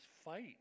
fight